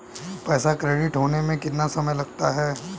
पैसा क्रेडिट होने में कितना समय लगता है?